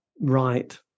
Right